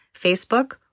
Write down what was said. Facebook